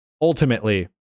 ultimately